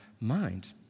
mind